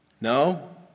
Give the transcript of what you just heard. No